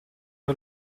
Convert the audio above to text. era